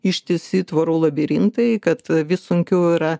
ištisi tvorų labirintai kad vis sunkiau yra